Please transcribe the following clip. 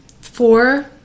four